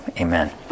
amen